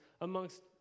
amongst